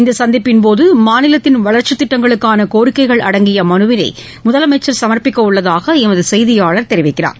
இந்த சந்திப்பின்போது மாநிலத்தின் வளர்ச்சித் திட்டங்களுக்கான கோரிக்கைகள் அடங்கிய மனுவினை முதலமைச்சர் சமர்ப்பிக்க உள்ளதாக எமது செய்தியாளர் தெரிவிக்கிறார்